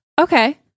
okay